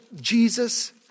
Jesus